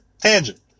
Tangent